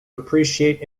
appreciate